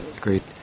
great